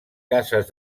cases